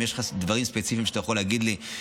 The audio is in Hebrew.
אם יש לך דברים ספציפיים שאתה יכול להגיד לי,